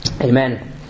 Amen